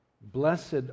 Blessed